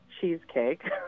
cheesecake